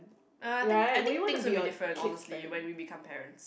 well I think I think things will be different honestly when we become parents